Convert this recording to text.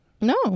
No